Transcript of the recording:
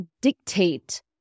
dictate